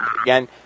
Again